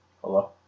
Hello